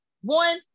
one